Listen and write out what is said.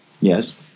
Yes